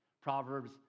Proverbs